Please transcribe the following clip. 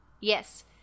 Yes